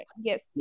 Yes